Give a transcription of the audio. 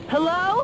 Hello